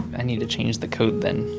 i need to change the code then